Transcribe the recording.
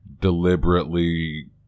deliberately